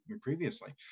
previously